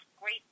great